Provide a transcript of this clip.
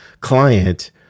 client